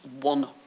one